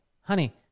honey